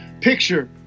picture